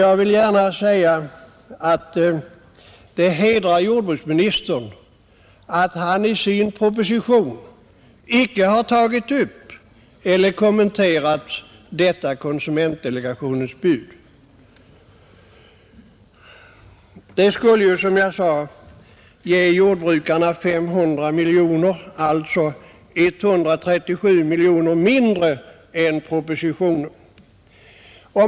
Jag vill gärna säga att det hedrar jordbruksministern att han i sin proposition icke har tagit upp eller kommenterat detta konsumentdelegationens bud, Det skulle, som jag sade, ge jordbrukarna 500 miljoner kronor, alltså 137 miljoner mindre än propositionen.